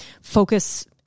focus